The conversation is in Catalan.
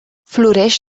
floreix